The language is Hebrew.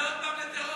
עוד פעם לטרור?